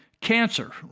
cancer